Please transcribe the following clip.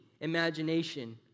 imagination